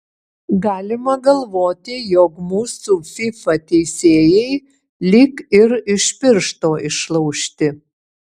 galima galvoti jog mūsų fifa teisėjai lyg ir iš piršto išlaužti